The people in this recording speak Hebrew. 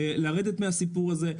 לרדת מהסיפור הזה.